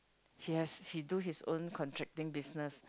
he has he do his own contracting business